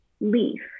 leaf